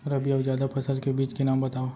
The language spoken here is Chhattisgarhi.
रबि अऊ जादा फसल के बीज के नाम बताव?